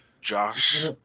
Josh